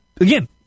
again